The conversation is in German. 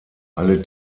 alle